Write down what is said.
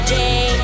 day